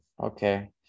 Okay